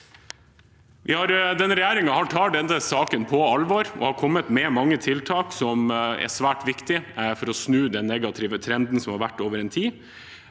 regjeringen tar denne saken på alvor og har kommet med mange tiltak som er svært viktige for å snu den negative trenden som har vært over tid.